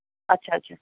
ਅੱਛਾ ਅੱਛਾ